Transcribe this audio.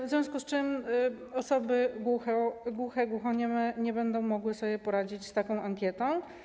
W związku z tym osoby głuche, głuchonieme nie będą mogły sobie poradzić z taką ankietą.